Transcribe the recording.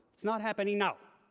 it's not happening now.